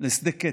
לשדה קטל.